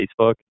Facebook